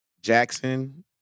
Jackson